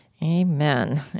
Amen